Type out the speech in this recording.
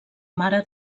mare